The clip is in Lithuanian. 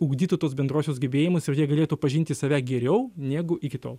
ugdytų tuos bendruosius gebėjimus ir jie galėtų pažinti save geriau negu iki tol